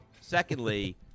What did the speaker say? Secondly